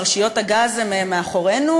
פרשיות הגז מאחורינו,